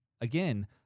again